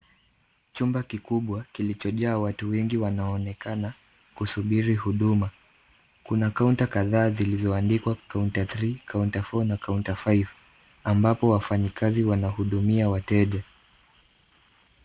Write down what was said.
Chumba kikubwa kilichojaa watu wengi wanaonekana kusubiri huduma, kuna counter kadhaa zilizoandikwa counter three, counter four na counter five ambapo wafanyikazi wanahudumia wateja.